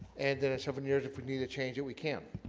and then at seven years if we need to change it we can